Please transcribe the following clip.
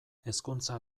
hezkuntza